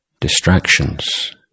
distractions